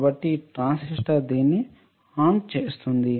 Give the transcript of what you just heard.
కాబట్టి ట్రాన్సిస్టర్ దీన్ని ఆన్ చేస్తుంది